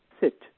sit